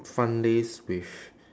fun days with